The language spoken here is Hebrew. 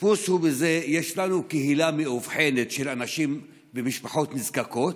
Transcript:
הפספוס הוא בזה שיש לנו קהילה מאובחנת של אנשים ומשפחות נזקקות,